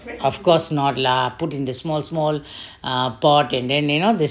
of course not lah put into small small ah pot and then you know this